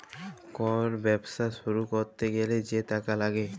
call ব্যবছা শুরু ক্যইরতে গ্যালে যে টাকা ল্যাগে